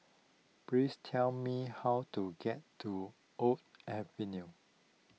please tell me how to get to Oak Avenue